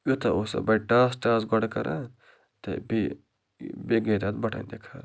یوتاہ اوس سُہ بڑِ ٹاس ٹاس گۄڈٕ کَران تہٕ بیٚیہِ گٔے اَتھ بٹن تہِ خراب